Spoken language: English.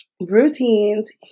routines